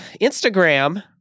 instagram